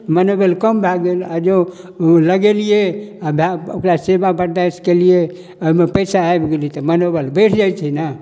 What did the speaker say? मनोबल कम भऽ गेल आओर जँ लगेलिए आओर भऽ ओकरा सेवा बरदाश्त केलिए आओर ओहिमे पइसा आबि गेलै तऽ मनोबल बढ़ि जाइ छै ने